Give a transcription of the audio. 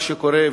מה שקורה,